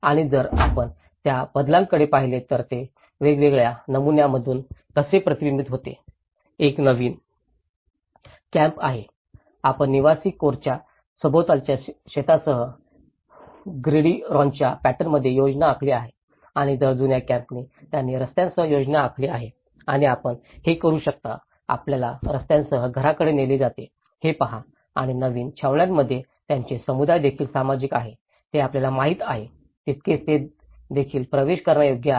आणि जर आपण त्या बदलांकडे पाहिले तर ते वेगवेगळ्या नमुन्यांमधून कसे प्रतिबिंबित होते एक नवीन कॅम्प आहेत आपण निवासी कोरच्या सभोवतालच्या शेतांसह ग्रिडिरॉनच्या पॅटर्नमध्ये योजना आखली आहे आणि तर जुन्या कॅम्पने त्यांनी रस्त्यांसह योजना आखली आहे आणि आपण हे करू शकता आपल्याला रस्त्यांसह घराकडे नेले जाते हे पहा आणि नवीन छावण्यांमध्ये त्यांचे समुदाय देखील सामायिक आहेत जे आपल्याला माहित आहे तितकेच ते देखील प्रवेश करण्यायोग्य आहेत